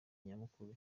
nyamukuru